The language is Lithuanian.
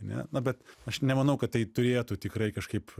ane na bet aš nemanau kad tai turėtų tikrai kažkaip